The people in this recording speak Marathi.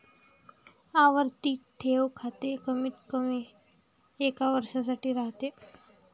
आवर्ती ठेव खाते कमीतकमी एका वर्षासाठी राहते